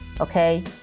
okay